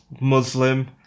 Muslim